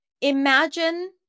Imagine